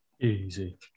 Easy